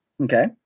Okay